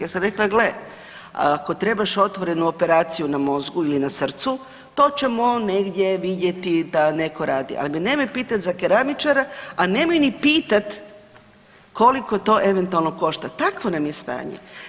Ja sam rekla, gle, ako trebaš otvorenu operaciju na mozgu ili na srcu to ćemo negdje vidjeti da netko radi, ali me nemoj pitati za keramičara, a nemoj ni pitat koliko to eventualno košta, takvo nam je stanje.